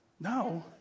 No